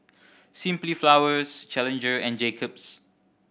Simply Flowers Challenger and Jacob's